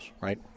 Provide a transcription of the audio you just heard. right